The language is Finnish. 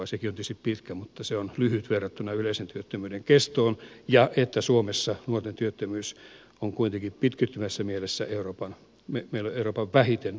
sekin on tietysti pitkä aika mutta se on lyhyt verrattuna yleisen työttömyyden kestoon ja suomessa kuitenkin meillä on euroopan vähiten nuoria pitkäaikaistyöttömiä